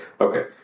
Okay